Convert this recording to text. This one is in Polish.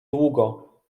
długo